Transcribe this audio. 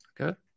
Okay